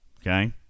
Okay